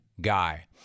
guy